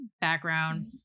background